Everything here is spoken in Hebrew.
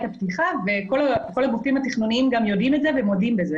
הפתיחה וכל הגופים התכנוניים גם יודעים את זה והם מודים בכך.